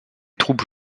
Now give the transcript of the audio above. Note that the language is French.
troupes